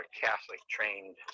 Catholic-trained